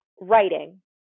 writing